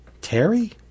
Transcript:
Terry